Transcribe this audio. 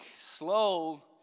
Slow